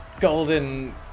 Golden